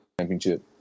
Championship